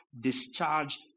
discharged